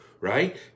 Right